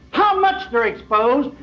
how much they're exposed,